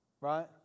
Right